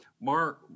Mark